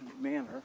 manner